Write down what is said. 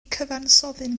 cyfansoddyn